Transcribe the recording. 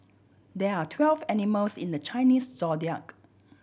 there are twelve animals in the Chinese Zodiac